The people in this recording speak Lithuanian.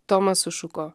tomas sušuko